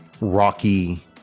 rocky